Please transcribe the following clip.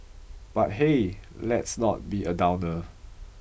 but hey let's not be a downer